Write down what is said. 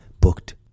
booked